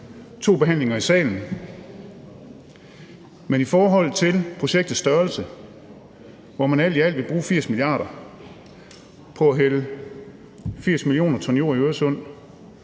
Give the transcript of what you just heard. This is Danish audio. to behandlinger i salen. Men i forhold til projektets størrelse, hvor man alt i alt vil bruge 80 mia. kr. på at hælde 80 mio. t jord i Øresund,